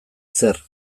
zer